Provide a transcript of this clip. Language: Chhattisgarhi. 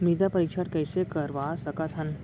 मृदा परीक्षण कइसे करवा सकत हन?